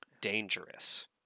dangerous